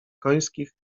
końskich